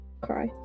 Cry